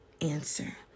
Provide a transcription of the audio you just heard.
answer